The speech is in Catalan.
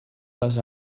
les